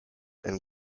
and